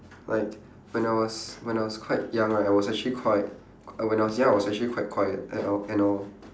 right when I was when I was quite young right I was actually quite when I was young I was actually quite quiet and all and all